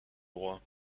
droit